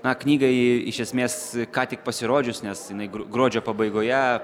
na knygai iš esmės ką tik pasirodžius nes jinai gruodžio pabaigoje